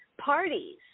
parties